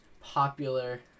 popular